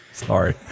Sorry